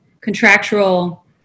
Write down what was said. contractual